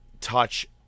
touch